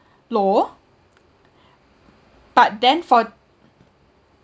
low but then for